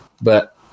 But-